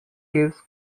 gives